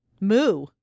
Moo